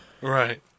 Right